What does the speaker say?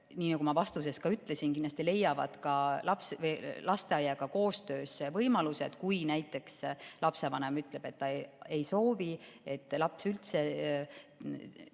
nii nagu ma ka vastuses ütlesin, leiavad lasteaiaga koostöös võimaluse, et kui näiteks lapsevanem ütleb, et ta ei soovi, et laps üldse